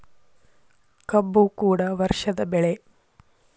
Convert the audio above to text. ಕಬ್ಬು ಕೂಡ ವರ್ಷದ ಬೆಳೆ